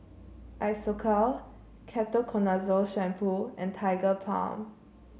Isocal Ketoconazole Shampoo and Tigerbalm